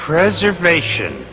Preservation